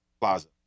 Plaza